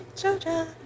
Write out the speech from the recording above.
Georgia